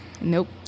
nope